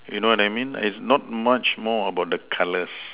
you know that mean is not much more about the colours